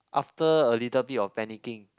after a little bit of panicking